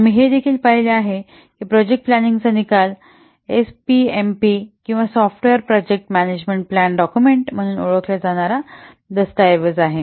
आम्ही हे देखील पाहिले आहे की प्रोजेक्ट प्लॅनिंगचा निकाल एसपीएमपी किंवा software project management plan document म्हणून ओळखला जाणारा दस्तऐवज आहे